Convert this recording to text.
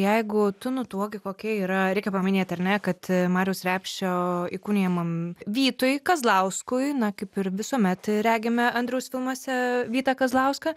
jeigu tu nutuoki kokia yra reikia paminėt ar ne kad mariaus repšio įkūnijamam vytui kazlauskui na kaip ir visuomet regime andriaus filmuose vytą kazlauską